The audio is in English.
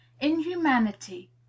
inhumanity